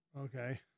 Okay